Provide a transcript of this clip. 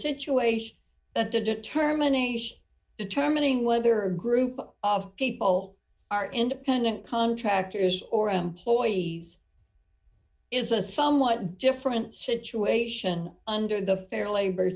situation that the determination determining whether a group of people are independent contractors or employees is a somewhat different situation under the fair labor